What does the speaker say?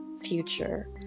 future